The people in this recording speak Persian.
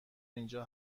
اینجا